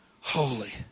holy